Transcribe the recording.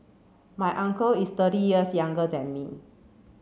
my uncle is thirty years younger than me